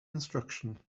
instruction